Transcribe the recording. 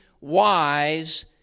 wise